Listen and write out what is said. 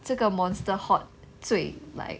这个 monster hot 最 like